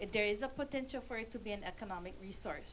if there is a potential for it to be an economic resource